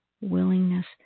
willingness